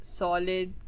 solid